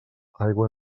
aigua